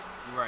Right